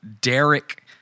Derek